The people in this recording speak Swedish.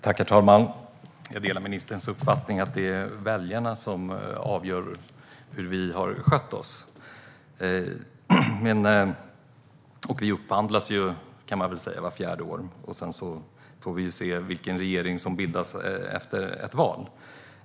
Herr talman! Jag delar ministerns uppfattning att det är väljarna som avgör hur vi har skött oss. Vi upphandlas, kan man säga, vart fjärde år och får sedan se vilken regering som bildas efter ett val.